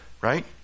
right